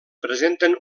presenten